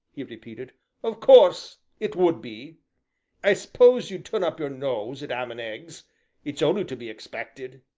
he repeated of course it would be i s'pose you'd turn up your nose at am and eggs it's only to be expected.